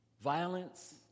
violence